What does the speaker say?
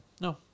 No